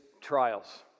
trials